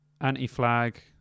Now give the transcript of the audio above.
Anti-Flag